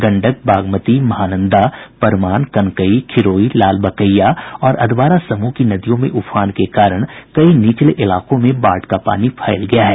गंडक बागमती महानंदा परमान कनकई खिरोई लालबकैया और अधवारा समूह की नदियों में उफान के कारण कई निचले इलाकों में बाढ़ का पानी फैल गया है